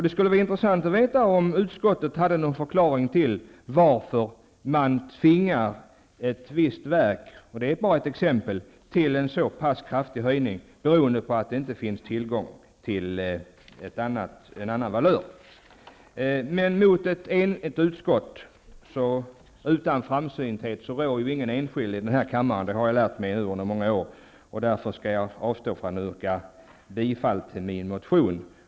Det skulle vara intressant att veta om utskottet har någon förklaring till varför man tvingar ett visst verk -- detta är bara ett exempel -- till så kraftiga höjningar beroende på att det inte finns tillgång till andra valörer. Men mot ett enigt utskott går ingen enskild ledamot utan framsynthet -- det har jag lärt mig under mina många år här. Därför avstår jag från att yrka bifall till min motion.